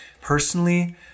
personally